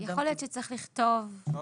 אני צריכה